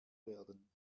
werden